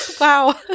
Wow